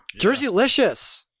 Jerseylicious